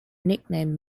nickname